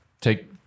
take